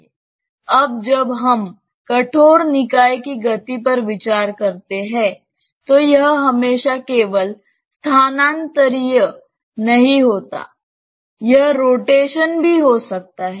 अब जब हम कठोर निकाय की गति पर विचार करते हैं तो यह हमेशा केवल स्थानांतरिय नहीं होता यह रोटेशन घूर्णनrotation भी हो सकता है